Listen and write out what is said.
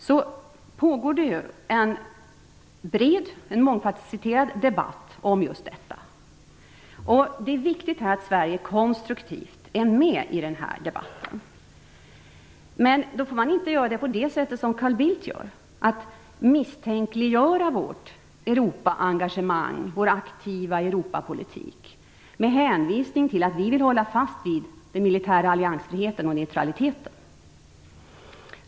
Det pågår en bred och mångfasetterad debatt om just detta, och det är viktigt att Sverige konstruktivt är med i denna debatt. Men då får man inte göra så som Carl Bildt gör, misstänkliggöra vårt Europaengagemang och vår aktiva Europapolitik med hänvisning till att vi vill hålla fast vid den militära alliansfriheten och neutraliteten.